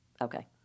Okay